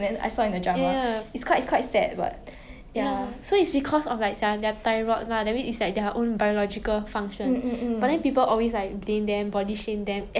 like a lot of people associate like 比较胖的人 as 很懒惰 like don't know when to stop like no self control that kind of thing